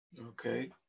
Okay